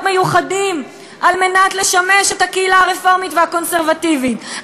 מיוחדים לשימוש הקהילה הרפורמית והקונסרבטיבית.